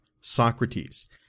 Socrates